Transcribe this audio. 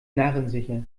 narrensicher